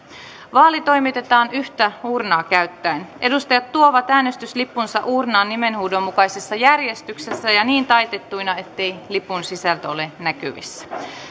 vaali toimitetaan yhtä uurnaa käyttäen edustajat tuovat äänestyslippunsa uurnaan nimenhuudon mukaisessa järjestyksessä ja niin taitettuina ettei lipun sisältö ole näkyvissä